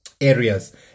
areas